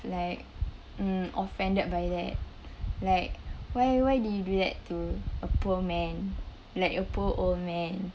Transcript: like um offended by that like why why do you do that to a poor man like a poor old man